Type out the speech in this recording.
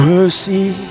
Mercy